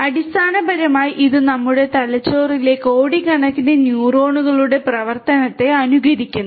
അടിസ്ഥാനപരമായി ഇത് നമ്മുടെ തലച്ചോറിലെ കോടിക്കണക്കിന് ന്യൂറോണുകളുടെ പ്രവർത്തനത്തെ അനുകരിക്കുന്നു